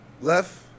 left